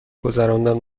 گذراندن